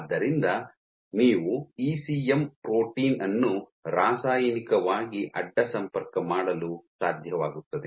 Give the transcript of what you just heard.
ಆದ್ದರಿಂದ ನೀವು ECM protein ಅನ್ನು ರಾಸಾಯನಿಕವಾಗಿ ಅಡ್ಡ ಸಂಪರ್ಕ ಮಾಡಲು ಸಾಧ್ಯವಾಗುತ್ತದೆ